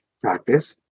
practice